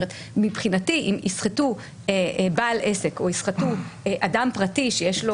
מבחינתי אם יסחטו בעל עסק או יסחטו אדם פרטי שיש לו